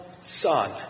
son